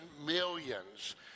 millions